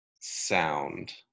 sound